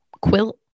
quilt